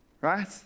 Right